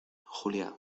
julia